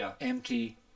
empty